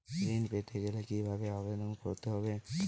ঋণ পেতে গেলে কিভাবে আবেদন করতে হবে?